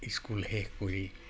school শেষ কৰি